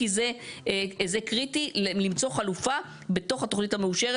כי זה קריטי למצוא חלופה בתוך התוכנית המאושרת,